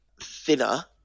thinner